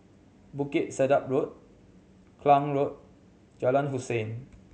Bukit Sedap Road Klang Road Jalan Hussein